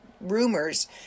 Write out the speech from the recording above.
rumors